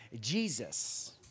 Jesus